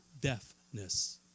deafness